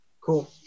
Cool